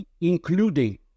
including